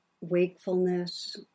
wakefulness